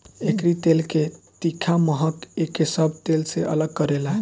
एकरी तेल के तीखा महक एके सब तेल से अलग करेला